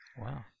Wow